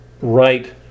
right